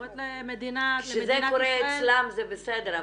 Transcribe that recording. כשזה קורה אצלם זה בסדר,